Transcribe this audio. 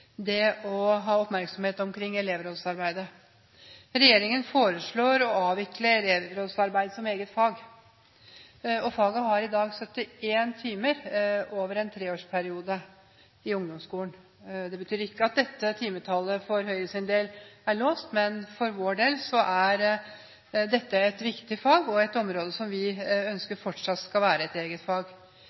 det å ha oppmerksomhet på elevrådsarbeidet. Regjeringen foreslår å avvikle elevrådsarbeid som eget fag. Faget har i dag 71 timer over en treårsperiode i ungdomsskolen. Det betyr ikke at dette timetallet for Høyres del er låst, men dette er et viktig område som vi ønsker fortsatt skal være et eget fag.